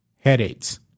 headaches